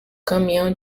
caminhão